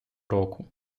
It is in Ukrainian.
року